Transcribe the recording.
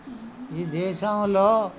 ఈ దేశంలో